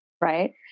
Right